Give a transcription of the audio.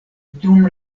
dum